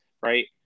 right